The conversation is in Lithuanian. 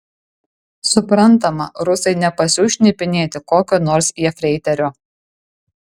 suprantama rusai nepasiųs šnipinėti kokio nors jefreiterio